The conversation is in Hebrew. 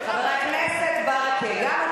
חבר הכנסת ברכה,